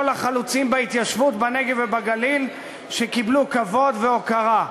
לחלוצים בהתיישבות בנגב ובגליל שקיבלו כבוד והוקרה.